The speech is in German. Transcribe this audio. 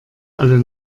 alle